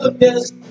Yes